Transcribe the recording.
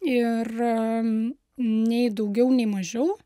ir nei daugiau nei mažiau